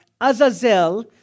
Azazel